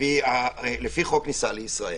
לפי חוק הכניסה לישראל,